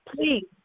please